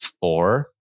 Four